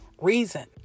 reason